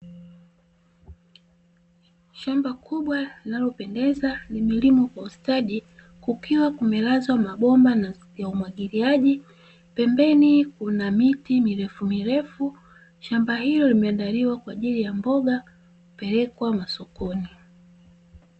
Shamba kubwa linalopendeza limelimwa kwa ustadi, kukiwa kumelazwa mabomba ya umwagiliaji pembeni kuna miti mirefu mirefu, shamba hilo limeandaliwa kwa ajili ya mboga kupelekwa masokoni.